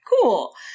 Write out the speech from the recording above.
Cool